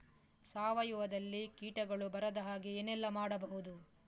ಸಾವಯವದಲ್ಲಿ ಕೀಟಗಳು ಬರದ ಹಾಗೆ ಏನೆಲ್ಲ ಮಾಡಬಹುದು?